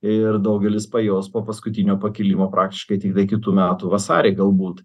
ir daugelis pajaus po paskutinio pakilimo praktiškai tiktai kitų metų vasarį galbūt